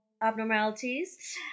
abnormalities